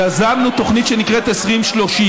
יזמנו תוכנית שנקראת 2030,